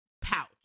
pouch